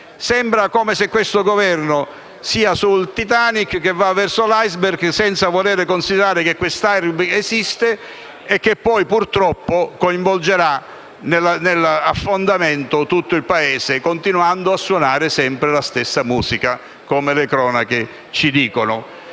È come se questo Governo fosse sul Titanic che va verso l'*iceberg*, senza voler considerare che questo *iceberg* esiste e che poi purtroppo coinvolgerà nell'affondamento tutto il Paese, continuando a suonare sempre la stessa musica, come le cronache ci riportano: